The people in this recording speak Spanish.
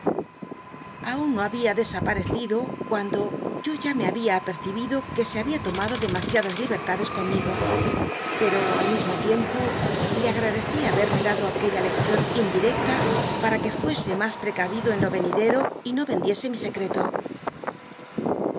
aun no había desaparecido cuando yo ya me babia apercibido que se habia tornado demasiadas libertades conmigo pero al mismo tiempo le ag adeci haberme dado aquel la lcccion indirecta para que fuese mas precavido en jo rcnidcro y no vendiese mi secreto